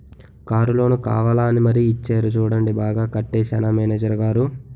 Car loan కావాలా అని మరీ ఇచ్చేరు చూడండి బాగా కట్టేశానా మేనేజరు గారూ?